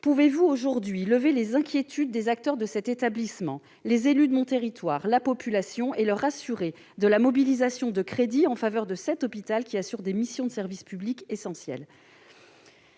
pouvez-vous lever les inquiétudes qui minent les acteurs de cet établissement, les élus locaux et la population, et les assurer de la mobilisation de crédits en faveur de cet hôpital, lequel assure des missions de service public essentielles ?